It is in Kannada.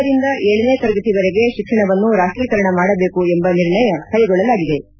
ಒಂದರಿಂದ ಏಳನೇ ತರಗತಿವರೆಗೆ ಶಿಕ್ಷಣವನ್ನು ರಾಷ್ಟೀಕರಣ ಮಾಡಬೇಕು ಎಂಬ ನಿರ್ಣಯ ಕೈಗೊಳ್ಳಲಾಗಿದೆ